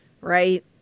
Right